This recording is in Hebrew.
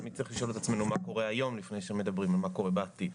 תמיד צריך לשאול את עצמנו מה קורה היום לפני שמדברים על מה קורה בעתיד.